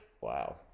Wow